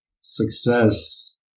success